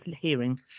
hearing